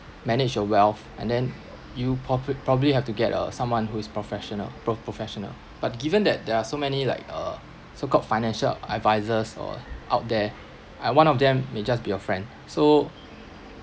manage your wealth and then you profit~ probably have to get uh someone who is professional pro~ professional but given that there are so many like uh so called financial advisers uh out there and one of them may just be your friend so